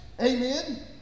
Amen